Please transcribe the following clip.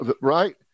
right